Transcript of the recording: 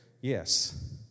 Yes